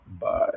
bye